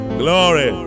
glory